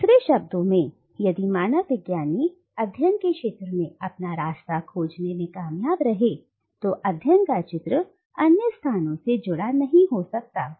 दूसरे शब्दों में यदि मानव विज्ञानी अध्ययन के क्षेत्र में अपना रास्ता खोजने में कामयाब रहे तो अध्ययन का चित्र अन्य स्थानों से जुड़ा नहीं हो सकता